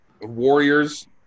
Warriors